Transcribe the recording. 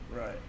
right